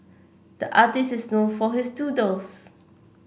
the artist is known for his doodles